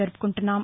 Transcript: జరుపుకుంటున్నాం